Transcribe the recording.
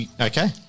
Okay